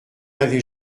avez